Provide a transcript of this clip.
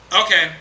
Okay